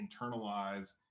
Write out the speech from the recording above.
internalize